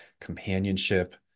companionship